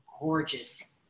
gorgeous